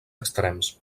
extrems